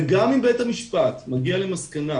גם אם בית המשפט מגיע למסקנה,